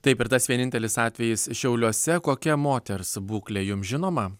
taip ir tas vienintelis atvejis šiauliuose kokia moters būklė jums žinoma